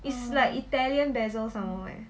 it's like italian basil somemore eh